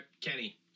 Kenny